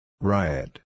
Riot